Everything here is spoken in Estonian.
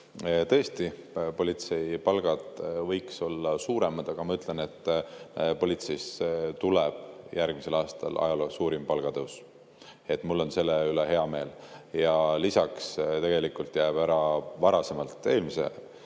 tõesti, politsei palgad võiksid olla suuremad, aga ma ütlen, et politseis tuleb järgmisel aastal ajaloo suurim palgatõus. Mul on selle üle hea meel. Lisaks jääb ära eelmise